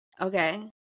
Okay